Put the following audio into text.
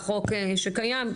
החוק שקיים.